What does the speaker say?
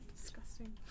disgusting